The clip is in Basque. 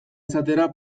izatera